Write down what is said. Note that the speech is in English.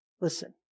listen